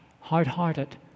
hard-hearted